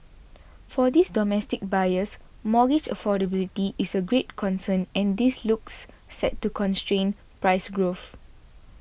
for these domestic buyers mortgage affordability is a greater concern and this looks set to constrain price growth